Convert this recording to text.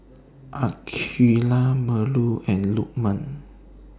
Aqeelah Melur and Lukman